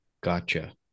Gotcha